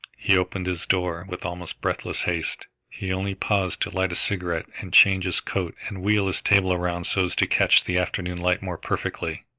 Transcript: he opened his door with almost breathless haste. he only paused to light a cigarette and change his coat and wheel his table round so as to catch the afternoon light more perfectly.